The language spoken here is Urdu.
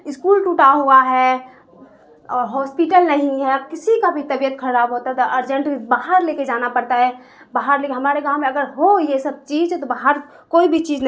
اسکول ٹوٹا ہوا ہے اور ہاسپٹل نہیں ہے کسی کا بھی طبیعت خراب ہوتا ہے تو ارجنٹ باہر لے کے جانا پڑتا ہے باہر لے کے ہمارے گاؤں میں اگر ہو یہ سب چیز تو باہر کوئی بھی چیز